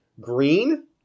Green